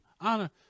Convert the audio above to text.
honor